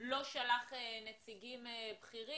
לא שלח נציגים בכירים.